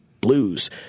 blues